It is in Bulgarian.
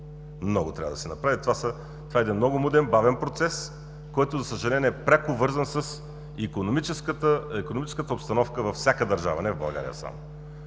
Много трябва да се направи. Това е един много муден, бавен процес, който, за съжаление, е вързан пряко с икономическата обстановка във всяка държава, не само в България, така